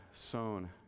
sown